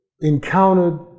encountered